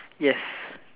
yes